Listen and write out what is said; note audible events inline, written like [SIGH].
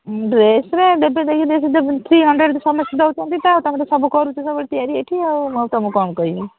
ଡ୍ରେସ୍ରେ [UNINTELLIGIBLE] three hundred ସମସ୍ତେ ଦେଉଛନ୍ତି ତ ତମର ତ ସବୁ କରୁଚି ସବୁ ତିଆରି ଏଠି ଆଉ ମୁଁ ଆଉ ତମକୁ କ'ଣ କହିବି